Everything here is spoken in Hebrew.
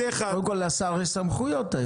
קודם כל לשר יש סמכויות היום.